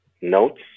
notes